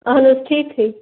اَہَن حظ ٹھیکٕے